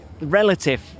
relative